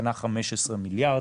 קנה 15 מיליארד,